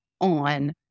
on